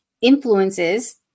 influences